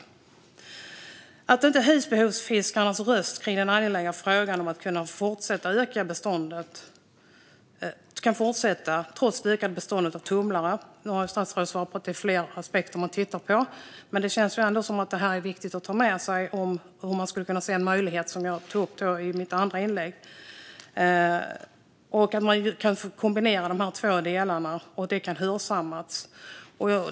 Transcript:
Husbehovsfiskarnas har talat om den angelägna frågan om att kunna fortsätta att fiska med det utökade beståndet av tumlare. Statsrådet har svarat att man tittar på fler aspekter. Men det känns ändå som att det är viktigt att ta med sig och att man skulle kunna se en möjlighet, som jag tog upp i mitt andra inlägg. Man kan kombinera de två delarna. Det kan hörsammas.